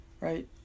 Right